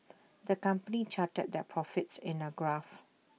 the company charted their profits in A graph